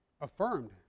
affirmed